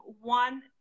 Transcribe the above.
one